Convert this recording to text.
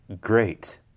great